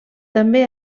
també